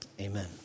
amen